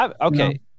Okay